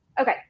Okay